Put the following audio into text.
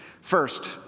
First